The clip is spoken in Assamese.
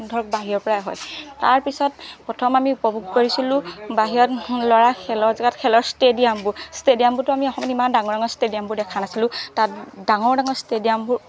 ধৰক বাহিৰৰ পৰাই হয় তাৰপিছত প্ৰথম আমি উপভোগ কৰিছিলো বাহিৰত ল'ৰাৰ খেলৰ জেগাত খেলৰ ইষ্টেডিয়ামবোৰ ইষ্টেডিয়ামবোৰতো আমি অসমত ইমান ডাঙৰ ডাঙৰ ইষ্টেডিয়ামবোৰ দেখা নাছিলো তাত ডাঙৰ ডাঙৰ ইষ্টেডিয়ামবোৰ